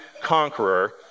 conqueror